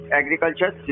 agriculture